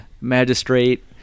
magistrate